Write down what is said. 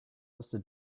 mister